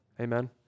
Amen